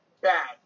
bad